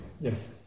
Yes